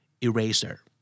Eraser